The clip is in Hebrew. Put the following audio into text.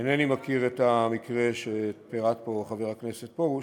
אינני מכיר את המקרה שפירט פה חבר הכנסת פרוש.